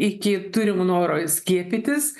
iki turimų noro skiepytis